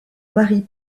marie